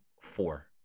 four